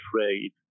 afraid